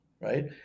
right